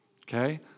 Okay